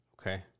Okay